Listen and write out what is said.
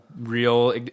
real